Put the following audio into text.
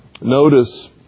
Notice